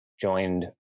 joined